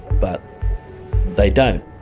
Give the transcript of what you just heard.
but they don't.